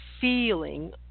feeling